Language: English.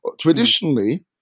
Traditionally